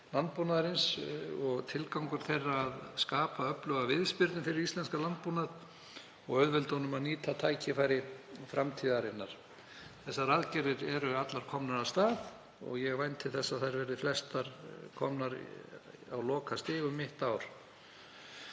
landbúnaðarins. Tilgangur þeirra er að skapa öfluga viðspyrnu fyrir íslenskan landbúnað og auðvelda honum að nýta tækifæri framtíðarinnar. Þessar aðgerðir eru allar komnar af stað og ég vænti þess að þær verði flestar komnar á lokastig um mitt ár.